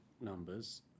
numbers